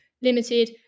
limited